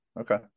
Okay